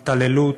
התעללות,